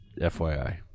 FYI